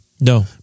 No